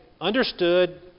understood